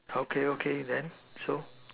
okay okay then so